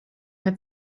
her